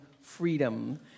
freedom